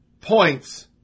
points